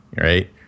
right